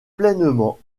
pleinement